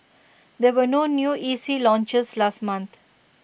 there were no new E C launches last month